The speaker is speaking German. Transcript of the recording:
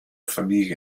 familie